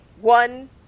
One